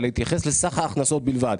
להתייחס לסך ההכנסות בלבד,